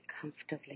comfortably